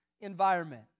environment